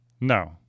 No